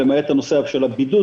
למעט הנושא של הבידוד.